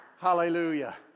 Hallelujah